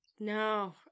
No